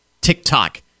TikTok